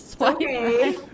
Okay